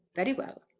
very well.